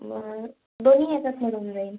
म दोन्ही ह्याच्यात मिळून जाईन्